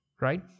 right